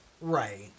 Right